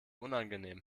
unangenehm